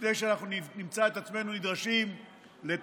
לפני שאנחנו נמצא את עצמנו נדרשים לתקציב